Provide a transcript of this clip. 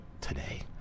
today